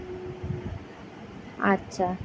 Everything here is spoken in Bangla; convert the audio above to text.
আচ্ছা